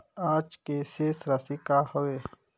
आज के शेष राशि का हवे?